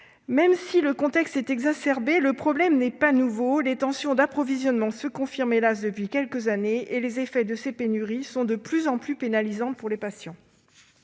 Même si le contexte est exacerbé, le problème n'est pas nouveau. Les tensions d'approvisionnement se confirment, hélas, depuis quelques années, et les effets de ces pénuries sont de plus en plus pénalisants pour les patients.